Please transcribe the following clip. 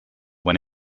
when